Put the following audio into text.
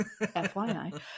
FYI